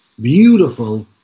beautiful